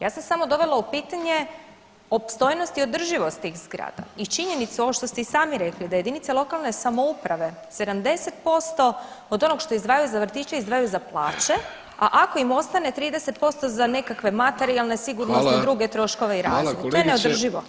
Ja sam samo dovela u pitanje opstojnost i održivost tih zgrada i činjenicu ovo što ste i sami rekli da jedinice lokalne samouprave 70% od onog što izdvajaju za vrtiće izdvajaju za plaće, a ako im ostane 30% za nekakve materijalne, sigurnosne druge troškove [[Upadica: Hvala.]] i razno, to je neodrživo.